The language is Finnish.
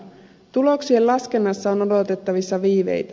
tuloksien laskennassa on odotettavissa viiveitä